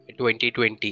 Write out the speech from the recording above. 2020